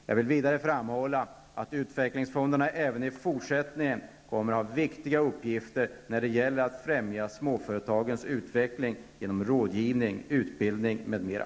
Jag vill vidare framhålla att utvecklingsfonderna även i fortsättningen kommer att ha viktiga uppgifter när det gäller att främja småföretagens utveckling genom rådgivning, utbildning m.m.